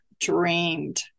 dreamed